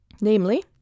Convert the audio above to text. namely